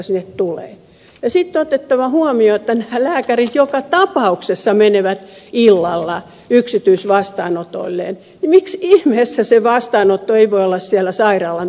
sitten on otettava huomioon että kun lääkärit joka tapauksessa menevät illalla yksityisvastaanotoilleen niin miksi ihmeessä se vastaanotto ei voi olla siellä sairaalan tiloissa